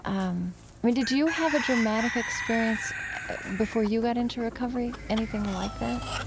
um i mean, did you have a dramatic experience before you got into recovery, anything like that?